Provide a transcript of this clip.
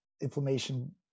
inflammation